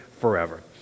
forever